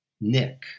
nick